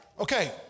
Okay